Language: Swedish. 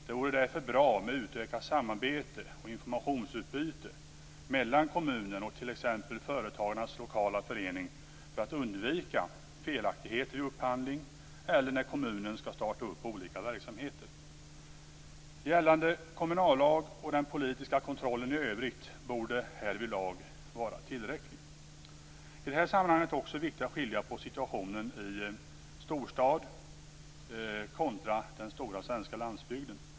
Det vore därför bra med utökat samarbete och informationsutbyte mellan kommunerna och t.ex. företagarnas lokala föreningar för att undvika felaktigheter i upphandling eller när kommuner skall starta upp olika verksamheter. Gällande kommunalag och den politiska kontrollen i övrigt borde härvidlag vara tillräckligt. I det här sammanhanget är det också viktigt att skilja på situationen i storstad kontra den stora svenska landsbygden.